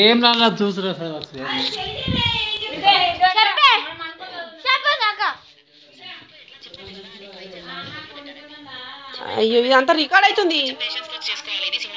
NEFT కి RTGS కు తేడా ఏంటిది?